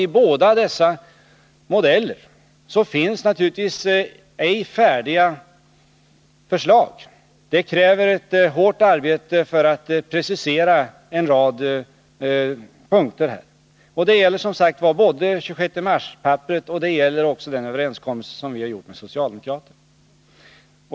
I båda dessa dokument finns naturligtvis förslag som inte är färdiga. Det krävs ett hårt arbete för att precisera en rad punkter. Och det gäller som sagt både papperet från den 26 mars och den överenskommelse som vi nu träffat med socialdemokraterna.